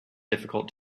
difficult